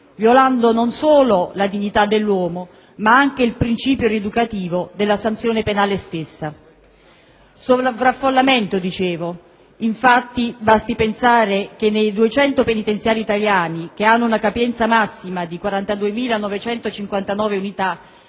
violando non solo la dignità dell'uomo, ma anche il principio rieducativo della sanzione penale stessa. Sovraffollamento, dicevo: infatti, basti pensare che nei 200 penitenziari italiani, che hanno una capienza massima di 42.959 unità,